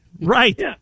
right